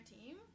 team